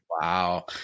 Wow